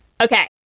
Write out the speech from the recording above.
Okay